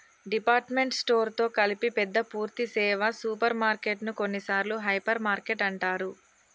department store తో కలిపి పెద్ద పూర్థి సేవ సూపర్ మార్కెటు ను కొన్నిసార్లు హైపర్ మార్కెట్ అంటారు